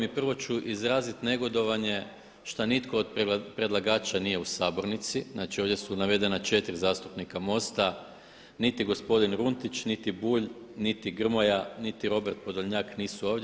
I prvo ću izraziti negodovanje što nitko od predlagača nije u sabornici, znači ovdje su navedena 4 zastupnika MOST-a, niti gospodin Runtić niti Bulj, niti Grmoja, niti Robert Podolnjak nisu ovdje.